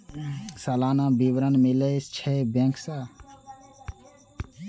सलाना विवरण मिलै छै बैंक से?